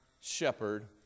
shepherd